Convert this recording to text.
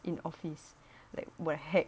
in office like we're hacked